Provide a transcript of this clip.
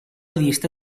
liste